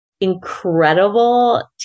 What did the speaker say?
incredible